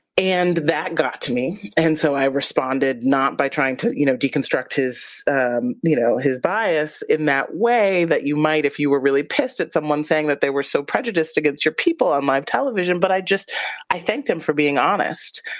and that got to me. and so i responded not by trying to you know deconstruct his and you know his bias in that way that you might, if you were really pissed at someone saying that they were so prejudiced against your people on live television. but i thanked him for being honest,